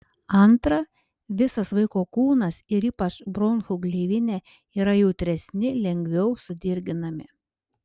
antra visas vaiko kūnas ir ypač bronchų gleivinė yra jautresni lengviau sudirginami